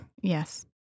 Yes